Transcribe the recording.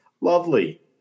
Lovely